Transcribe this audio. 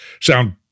sound